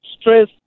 stress